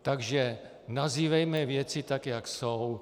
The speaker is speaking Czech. Takže nazývejme věci tak, jak jsou.